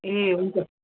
ए हुन्छ